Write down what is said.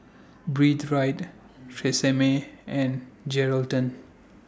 Breathe Right Tresemme and Geraldton